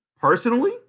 personally